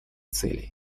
цели